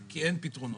כי אין פתרונות,